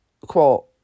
quote